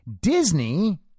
Disney